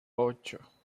ocho